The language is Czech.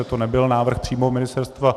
To nebyl návrh přímo ministerstva.